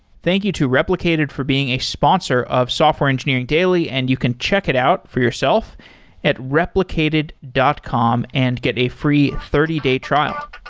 thank you to replicated for being a sponsor of software engineering daily, and you can check it out for yourself at replicated dot com and get a free thirty day trial